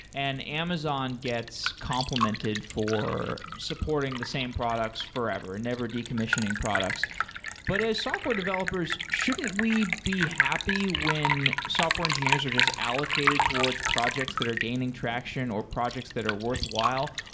and amazon gets complimented for supporting the same products forever and never decommissioning products but as software developers, should we be happy when software engineers are just allocated towards projects that are gaining traction or projects that are worthwhile?